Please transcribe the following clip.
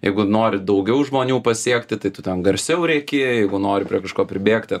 jeigu nori daugiau žmonių pasiekti tai tu ten garsiau rėki jeigu nori prie kažko pribėgti